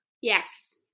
Yes